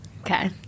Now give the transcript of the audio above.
Okay